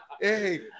Hey